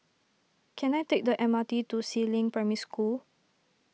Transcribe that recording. can I take the M R T to Si Ling Primary School